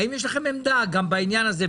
האם יש לכם עמדה גם בעניין הזה?